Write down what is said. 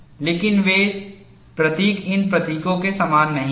लेकिन वे प्रतीक इन प्रतीकों के समान नहीं हैं